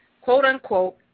quote-unquote